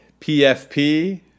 PFP